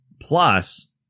Plus